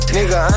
Nigga